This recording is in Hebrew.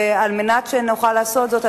על מנת שנוכל לעשות זאת,